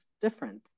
different